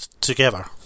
together